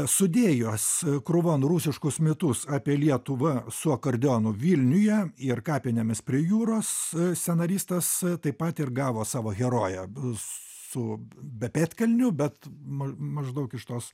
sudėjus krūvon rusiškus mitus apie lietuvą su akordeonu vilniuje ir kapinėmis prie jūros scenaristas taip pat ir gavo savo heroję su be pedkelnių bet ma maždaug iš tos